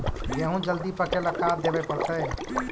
गेहूं जल्दी पके ल का देबे पड़तै?